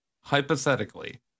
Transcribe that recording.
Hypothetically